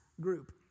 group